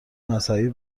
مذهبی